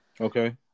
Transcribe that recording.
Okay